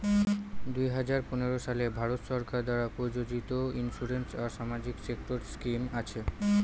দুই হাজার পনেরো সালে ভারত সরকার দ্বারা প্রযোজিত ইন্সুরেন্স আর সামাজিক সেক্টর স্কিম আছে